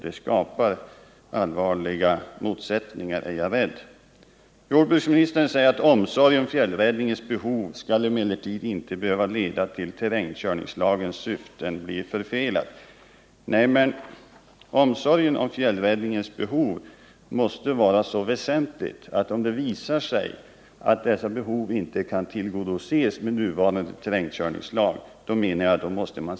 Det skapar allvarliga motsättningar, är jag rädd. Jordbruksministern säger att omsorgen om fjällräddningens behov emellertid inte skall behöva leda till att terrängskörningslagens syfte blir förfelat. Nej, men omsorgen om fjällräddningens behov måste vara så stort att man ser över lagen om det visar sig att de behoven inte kan tillgodoses med nuvarande terrängkörningslag.